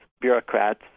bureaucrats